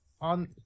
on